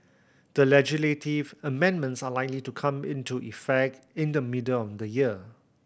the legislative amendments are likely to come into effect in the middle of the year